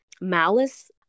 malice